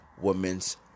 Women's